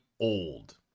old